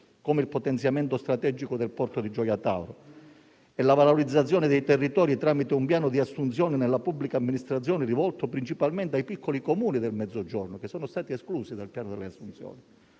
come il potenziamento strategico del porto di Gioia Tauro e la valorizzazione dei territori tramite un piano di assunzioni nella pubblica amministrazione rivolto principalmente ai piccoli Comuni del Mezzogiorno, che sono stati esclusi dal piano delle assunzioni.